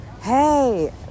hey